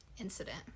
incident